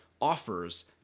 offers